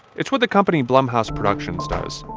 it's what the company blumhouse productions does.